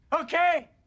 Okay